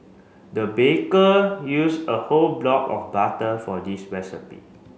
the baker used a whole block of butter for this recipe